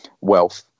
wealth